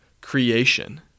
creation